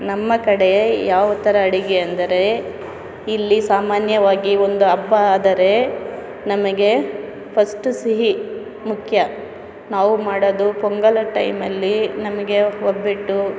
ನಮ್ಮ ಕಡೆ ಯಾವ ಥರ ಅಡುಗೆ ಅಂದರೆ ಇಲ್ಲಿ ಸಾಮಾನ್ಯವಾಗಿ ಒಂದು ಅಬ್ಬ ಆದರೆ ನಮಗೆ ಫಸ್ಟು ಸಿಹಿ ಮುಖ್ಯ ನಾವು ಮಾಡೋದು ಪೊಂಗಲ್ ಟೈಮಲ್ಲಿ ನಮಗೆ ಒಬ್ಬಟ್ಟು